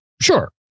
Sure